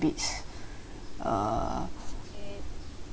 uh